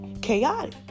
chaotic